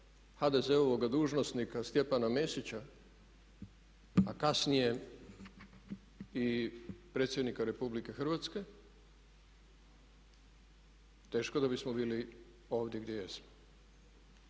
HDZ-ova dužnosnika Stjepana Mesića a kasnije i predsjednika RH teško da bismo bili ovdje gdje jesmo.